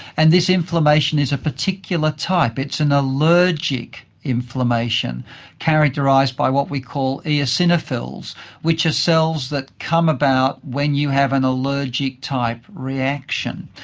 and this inflammation is a particular type, it's an allergic inflammation characterised by what we call eosinophils which are cells that come about when you have an allergic type reaction.